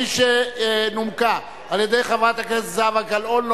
כפי שנומקה על-ידי חברת הכנסת זהבה גלאון,